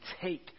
take